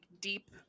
deep